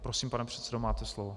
Prosím, pane předsedo, máte slovo.